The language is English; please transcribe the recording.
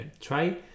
Try